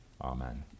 Amen